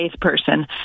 person